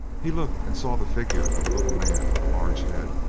he looked and saw the figure of a little man with a large head,